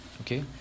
Okay